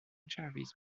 jarvis